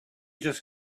just